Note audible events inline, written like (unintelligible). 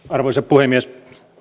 (unintelligible) arvoisa puhemies